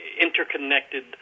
interconnected